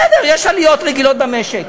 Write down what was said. בסדר, יש עליות רגילות במשק.